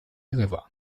jerewan